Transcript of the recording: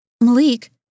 Malik